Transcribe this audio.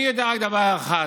אני יודע רק דבר אחד: